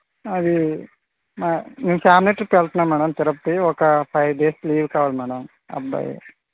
అది మా మేము ఫ్యామిలి తోటి వెళ్తున్నాం మ్యాడమ్ తిరుపతి ఒక ఫైవ్ డేస్ లీవ్ కావాలి మ్యాడమ్ అబ్బాయి